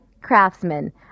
Craftsman